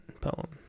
poem